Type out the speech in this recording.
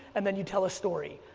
and then you tell a story.